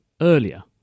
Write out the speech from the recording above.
earlier